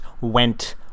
went